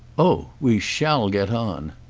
oh we shall get on!